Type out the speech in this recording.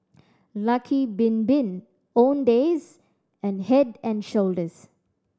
Lucky Bin Bin Owndays and Head and Shoulders